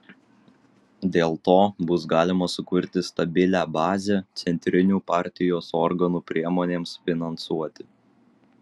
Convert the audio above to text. dėl to bus galima sukurti stabilią bazę centrinių partijos organų priemonėms finansuoti